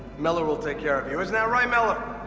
miller will take care of you. isn't that right, miller?